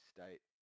State